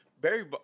Barry